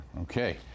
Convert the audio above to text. Okay